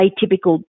atypical